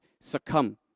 succumb